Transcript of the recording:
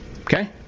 Okay